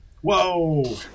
Whoa